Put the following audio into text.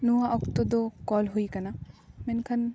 ᱱᱚᱣᱟ ᱚᱠᱛᱚ ᱫᱚ ᱠᱚᱞ ᱦᱩᱭ ᱟᱠᱟᱱᱟ ᱢᱮᱱᱠᱷᱟᱱ